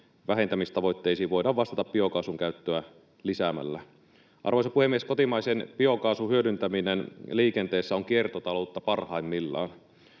vähentämistavoitteisiin voidaan vastata biokaasun käyttöä lisäämällä. Arvoisa puhemies! Kotimaisen biokaasun hyödyntäminen liikenteessä on kiertotaloutta parhaimmillaan.